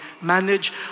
manage